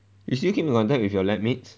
you still keep in contact with lab mates